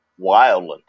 wildland